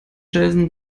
jason